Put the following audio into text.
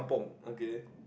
okay